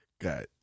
Got